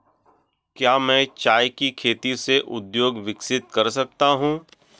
क्या मैं चाय की खेती से उद्योग विकसित कर सकती हूं?